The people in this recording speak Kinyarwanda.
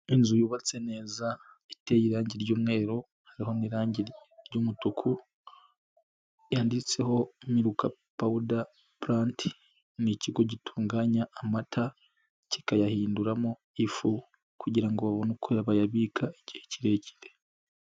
Inzu yubatse neza iteye irangi ry'umweru hariho n'irangi ry'umutuku, yanditseho milk powder plant, ni ikigo gitunganya amata kikayahinduramo ifu kugira ngo babone uko bayabika igihe kirekire.